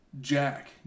Jack